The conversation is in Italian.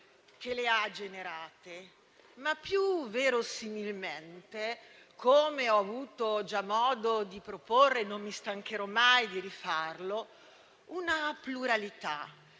che le ha generate, ma più verosimilmente - come ho avuto già modo di proporre e non mi stancherò mai di rifarlo - una pluralità